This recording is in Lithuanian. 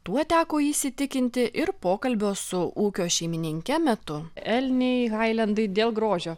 tuo teko įsitikinti ir pokalbio su ūkio šeimininke metu elniai hailendai dėl grožio